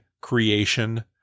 creation